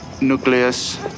nucleus